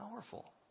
Powerful